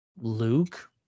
Luke